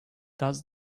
does